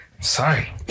Sorry